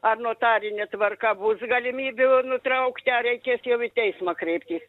ar notarine tvarka bus galimybių nutraukti ar reikės jau į teismą kreiptis